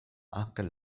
anjel